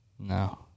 No